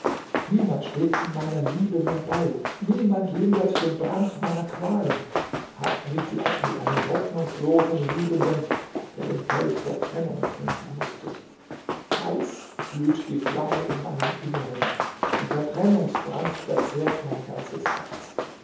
niemand steht in meiner liebe mir bei niemand lindert den brand meiner qualen habt mitleid mit einem hoffnungslosen liebenden der den kelch der trennung trinken mußte heiß glüht die flamme in meinem inneren und der trennungsbrand verzehrt mein ganzes herz